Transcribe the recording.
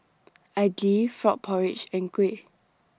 Idly Frog Porridge and Kuih